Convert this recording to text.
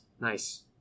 nice